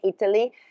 Italy